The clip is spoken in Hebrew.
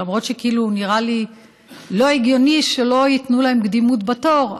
למרות שנראה לי לא הגיוני שלא ייתנו להם קדימות בתור,